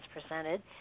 presented